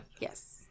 Yes